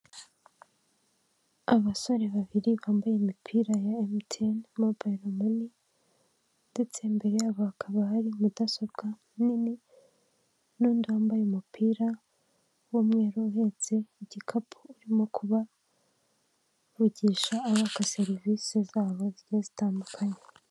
Abasore babiri bambaye imipira ya MTN mobiyiro mani ndetse imbere yabo hakaba hari mudasobwa nini n'undi wambaye umupira w'umweru, uhetse igikapu urimo kubavugisha abaka serivise zabo zigiye zitandukanye.